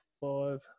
five